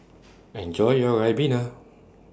Enjoy your Ribena